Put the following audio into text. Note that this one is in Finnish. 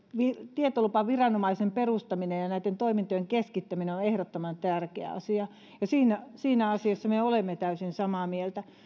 tietolupaviranomaisen perustaminen ja näitten toimintojen keskittäminen on ehdottoman tärkeä asia siinä siinä asiassa me olemme täysin samaa mieltä